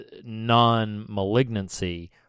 non-malignancy